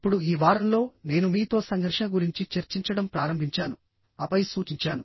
ఇప్పుడు ఈ వారంలో నేను మీతో సంఘర్షణ గురించి చర్చించడం ప్రారంభించాను ఆపై సూచించాను